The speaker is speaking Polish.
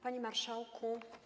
Panie Marszałku!